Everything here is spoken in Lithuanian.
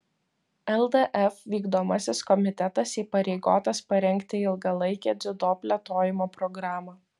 ldf vykdomasis komitetas įpareigotas parengti ilgalaikę dziudo plėtojimo programą